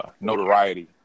notoriety